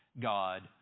god